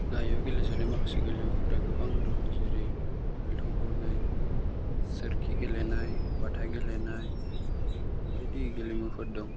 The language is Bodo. दायो गेलेजानाय माखासे गेलेमुफोरा गोबां दं जेरै सालथाव गावनाय सोरखि गेलेनाय बाथा गेलेनाय बायदि गेलेमुफोर दं